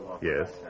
Yes